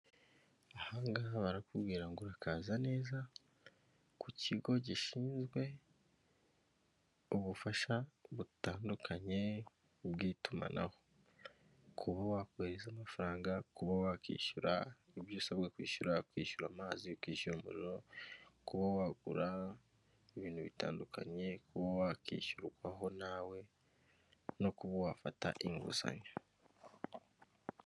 Aha ngaha barakubwira ngo:" Urakaza neza ku kigo gishinzwe ubufasha butandukanye bw'itumanaho." Kuba wakohereza amafaranga, kuba wakwishyura ibyo usabwa kwishyura, ukishyura amazi, ukishyura umuriro, kuba wagura ibintu bitandukanye, kuba wakwishyurwaho nawe no kuba wafata inguzanyo.